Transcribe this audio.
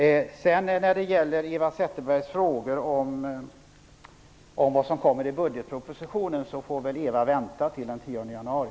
När det gäller Eva Zetterbergs frågor om vad som kommer i budgetpropositionen tycker jag att Eva Zetterberg får vänta till den 10 januari.